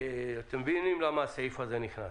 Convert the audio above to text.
אתם מבינים למה הסעיף הזה נכנס?